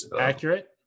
Accurate